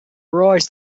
raise